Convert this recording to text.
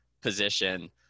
position